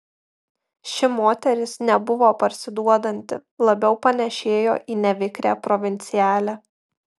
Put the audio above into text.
ši moteris nebuvo parsiduodanti labiau panėšėjo į nevikrią provincialę